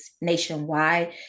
nationwide